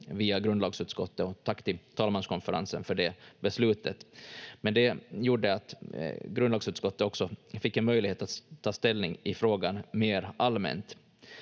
via grundlagsutskottet, och tack till talmanskonferensen för det beslutet, men det gjorde att grundlagsutskottet också fick en möjlighet att ta ställning i frågan mer allmänt.